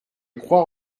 crois